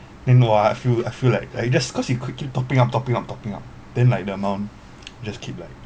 meanwhile I feel I feel like it just cause you quickly topping up topping up topping up then like the amount just keep like